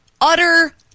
utter